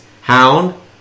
Hound